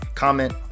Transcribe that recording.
Comment